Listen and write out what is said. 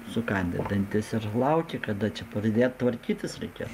sukandęs dantis ir lauki kada čia pradėt tvarkytis reikės